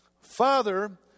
father